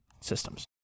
systems